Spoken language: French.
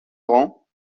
laurent